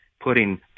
putting